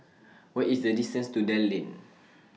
What IS The distance to Dell Lane